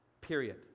period